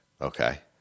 Okay